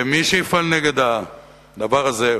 ומי שיפעל נגד הדבר הזה,